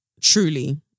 Truly